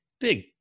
big